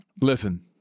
listen